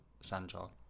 Sancho